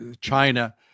China